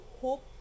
hope